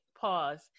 pause